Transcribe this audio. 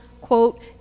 quote